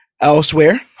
Elsewhere